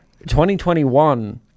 2021